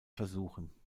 versuchen